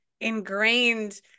ingrained